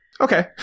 Okay